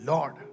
Lord